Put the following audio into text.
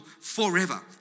forever